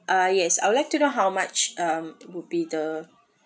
uh yes I would like to know how much um would be the